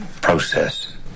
process